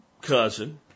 cousin